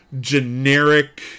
generic